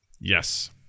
Yes